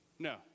No